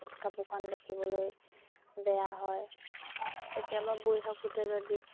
কাপোৰখন দেখিবলৈ বেয়া হয় কেতিয়াবা বৈ থাকোঁতে যদি